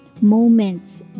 moments